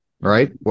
right